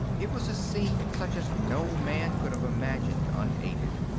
it was a scene such as no man could have imagined unaided.